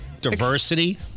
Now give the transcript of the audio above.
Diversity